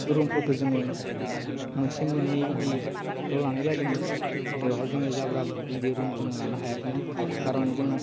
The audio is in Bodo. रुमफोरखौ जोङो मोनसे मोननै बिदिल' लानाय जादोंमोन जेरावहाय जोङो जाब्रा गिदिर रुम जों लानो हायाखैमोन खार'न जोङो